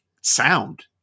sound